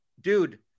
dude